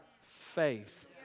faith